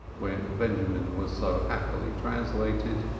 when benjamin was so happily translated,